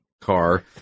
car